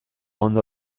ondo